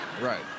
Right